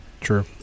True